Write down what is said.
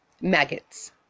maggots